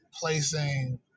placing